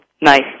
Nice